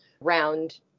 round